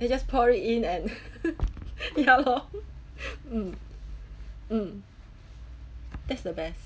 I just pour it in and ya loh mm mm that's the best